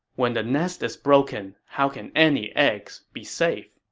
when the nest is broken, how can any eggs be safe?